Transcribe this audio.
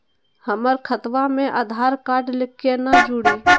हमर खतवा मे आधार कार्ड केना जुड़ी?